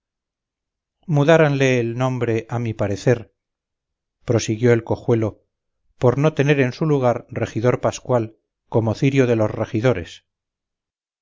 mudáranle el nombre a mi parecer prosiguió el cojuelo por no tener en su lugar regidor pascual como cirio de los regidores